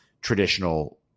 traditional